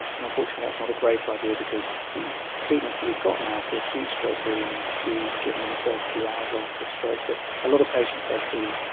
and unfortunately that's not a great idea because the treatments that we've got now for acute stroke really need to be given in the first few hours after a stroke. but a lot of patients i see,